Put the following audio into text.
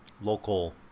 local